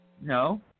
No